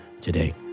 today